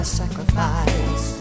sacrifice